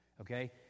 Okay